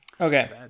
Okay